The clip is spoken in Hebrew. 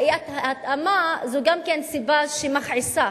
אי-התאמה זו גם סיבה שמכעיסה,